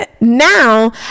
now